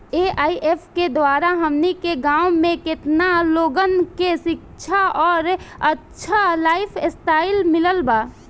AIF के द्वारा हमनी के गांव में केतना लोगन के शिक्षा और अच्छा लाइफस्टाइल मिलल बा